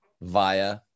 via